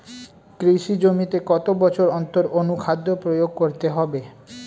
কৃষি জমিতে কত বছর অন্তর অনুখাদ্য প্রয়োগ করতে হবে?